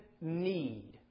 need